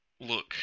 Look